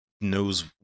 knows